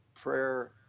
prayer